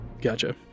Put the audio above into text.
Gotcha